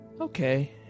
Okay